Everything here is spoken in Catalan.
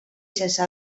sense